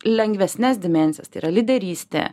lengvesnes dimensijas tai yra lyderystė